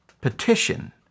petition